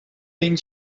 being